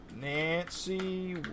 Nancy